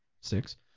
Six